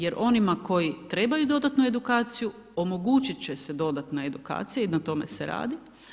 Jer onima koji trebaju dodatnu edukaciju omogućiti će se dodatna edukacija i na tome se radi.